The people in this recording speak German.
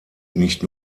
nicht